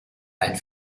ein